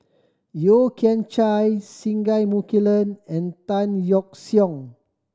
Yeo Kian Chai Singai Mukilan and Tan Yeok Seong